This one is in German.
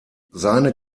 seine